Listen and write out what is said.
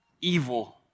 evil